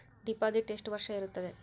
Deposit ಎಷ್ಟು ವರ್ಷ ಇರುತ್ತದೆ?